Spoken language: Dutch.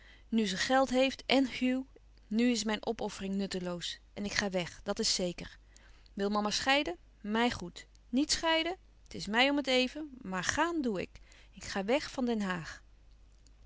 nu ze geld heeft èn hugh nu is mijn opoffering nutteloos en ik ga weg dat is zeker wil mama scheiden mij goed niet scheiden het is mij om het even maar gaan doe ik ik ga weg van den haag